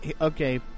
Okay